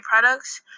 products